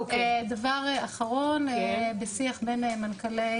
דבר אחרון, בשיח בין מנכ"לי